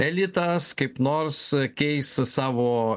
elitas kaip nors keis savo